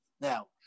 Now